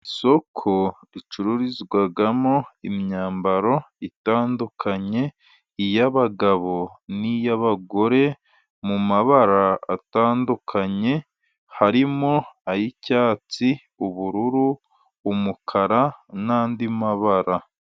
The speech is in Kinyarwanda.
Isoko ricururizwamo imyambaro itandukanye, iy'abagabo n'iy'abagore, mu mabara atandukanye, harimo ay'icyatsi, ubururu, umukara, n'andi mabara.